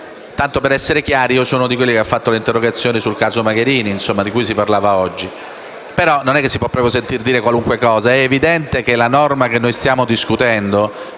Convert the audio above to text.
Tanto per essere chiari, io sono di quelli che ha presentato un'interrogazione sul caso Magherini, di cui si è parlato oggi. Non si può, però, sentire dire qualunque cosa. È evidente che la norma che stiamo discutendo